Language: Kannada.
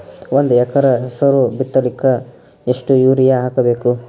ಒಂದ್ ಎಕರ ಹೆಸರು ಬಿತ್ತಲಿಕ ಎಷ್ಟು ಯೂರಿಯ ಹಾಕಬೇಕು?